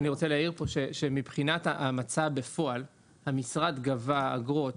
אני רוצה להעיר פה שמבחינת המצב בפועל המשרד גבה אגרות.